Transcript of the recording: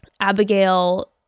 abigail